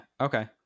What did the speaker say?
okay